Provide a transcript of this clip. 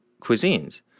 cuisines